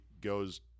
goes